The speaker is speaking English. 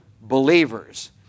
believers